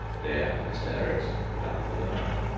there mr. ericksson put up for the night.